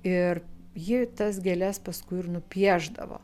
ir ji tas gėles paskui ir nupiešdavo